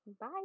bye